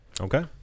Okay